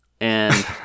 And-